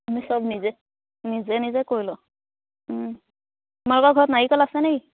আমি চব নিজে নিজে নিজে কৰি লওঁ তোমালোকৰ ঘৰত নাৰিকল আছে নেকি